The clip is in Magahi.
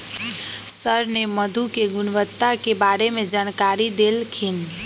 सर ने मधु के गुणवत्ता के बारे में जानकारी देल खिन